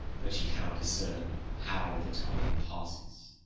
that she cannot discern how the time passes.